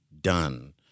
done